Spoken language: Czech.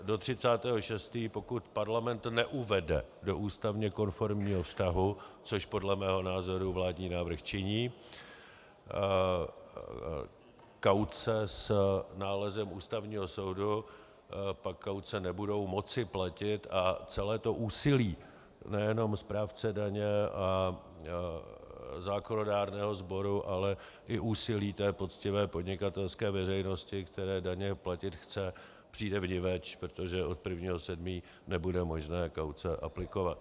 Do 30. 6., pokud Parlament neuvede do ústavně konformního vztahu, což podle mého názoru vládní návrh činí, kauce s nálezem Ústavního soudu, pak kauce nebudou moci platit a celé úsilí nejenom správce daně a zákonodárného sboru, ale i úsilí poctivé podnikatelské veřejnosti, která daně platit chce, přijde vniveč, protože od 1. 7. nebude možné kauce aplikovat.